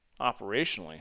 operationally